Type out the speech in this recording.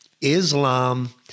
Islam